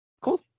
Cool